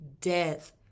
death